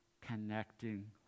connecting